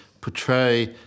portray